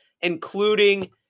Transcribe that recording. including